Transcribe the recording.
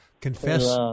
Confess